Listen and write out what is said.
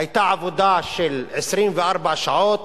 היתה עבודה של 24 שעות,